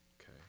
okay